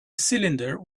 cylinder